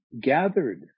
gathered